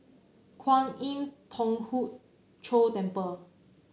Kwan Im Thong Hood Cho Temple